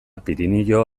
pirinio